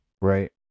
right